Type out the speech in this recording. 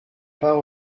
part